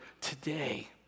today